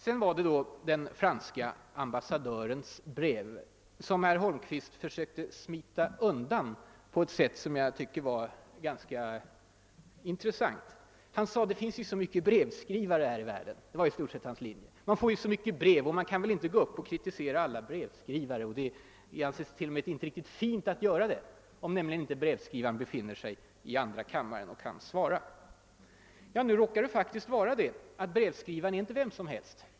Så var det den franske ambassadörens brev, som herr Holmqvist försökte smita undan på ett sätt som jag tycker var ganska intressant. Hans linje var i stort sett att det finns så många brevskrivare här i världen. Man får så mycket brev, och man kan väl inte gå upp och kritisera alla brevskrivare! Och det är t.o.m. inte riktigt fint att göra det, Nu råkar det faktiskt vara så att brevskrivaren i detta fall inte är vem som helst.